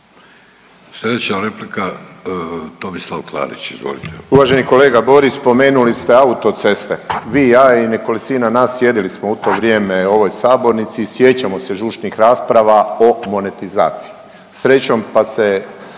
**Klarić, Tomislav (HDZ)** Uvaženi kolega Borić spomenuli ste autoceste, vi, ja i nekolicina nas sjedili smo u to vrijeme u ovoj sabornici i sjećamo se žučnih rasprava o monetizaciji. Srećom pa se